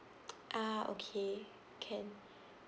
ah okay can